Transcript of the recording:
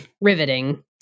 Riveting